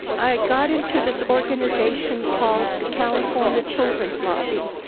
i got into this organization called the california children's lobby.